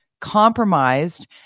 compromised